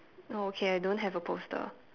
oh okay I don't have a poster